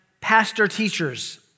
pastor-teachers